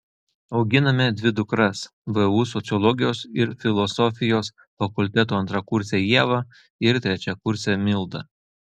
auginame dvi dukras vu sociologijos ir filosofijos fakulteto antrakursę ievą ir trečiakursę mildą